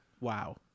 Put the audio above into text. Wow